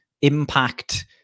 impact